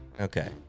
Okay